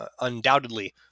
undoubtedly